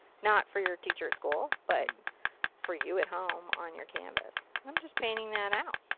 not for your teacher at school, but for you at home on your canvas i'm just painting that out.